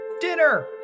dinner